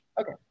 Okay